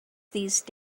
these